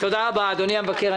תודה רבה, אדוני המבקר.